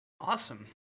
Awesome